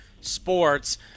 Sports